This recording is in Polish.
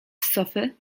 sofy